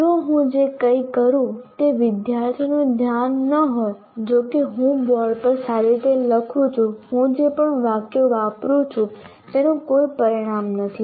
જો હું જે કંઈ કરું તે વિદ્યાર્થીનું ધ્યાન ન હોય જોકે હું બોર્ડ પર સારી રીતે લખું છું હું જે પણ વાક્યો વાપરું છું તેનું કોઈ પરિણામ નથી